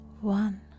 one